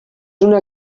una